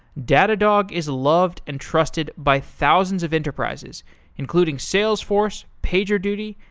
datadog is loved and trusted by thousands of enterprises including salesforce, pagerduty,